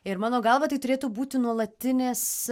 ir mano galva tai turėtų būti nuolatinis